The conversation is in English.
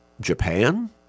Japan